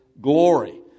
glory